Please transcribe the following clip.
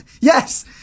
Yes